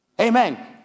Amen